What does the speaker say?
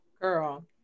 Girl